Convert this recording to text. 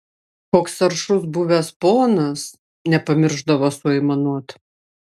koks aršus buvęs ponas nepamiršdavo suaimanuot